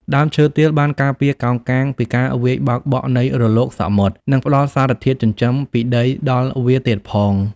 ដើមឈើទាលបានការពារកោងកាងពីការវាយបោកបក់នៃរលកសមុទ្រ និងផ្តល់សារធាតុចិញ្ចឹមពីដីដល់វាទៀតផង។